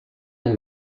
and